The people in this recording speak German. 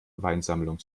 weinsammlung